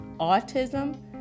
autism